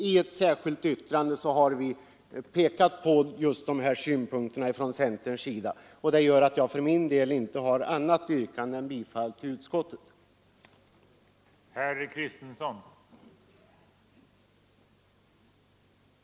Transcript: I ett särskilt yttrande har vi från centerns sida pekat på just dessa synpunkter, som gör att jag för min del nu inte har något annat yrkande än bifall till utskottets hemställan.